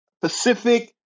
pacific